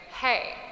hey